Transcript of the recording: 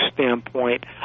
standpoint